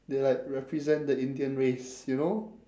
they like represent the indian race you know